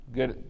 Good